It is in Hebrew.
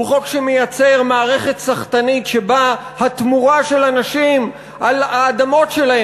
הוא חוק שמייצר מערכת סחטנית שבה התמורה של אנשים על האדמות שלהם